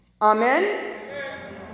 Amen